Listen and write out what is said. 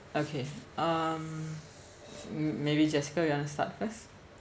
okay um m~ maybe jessica you want to start first